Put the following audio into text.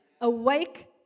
Awake